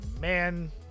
man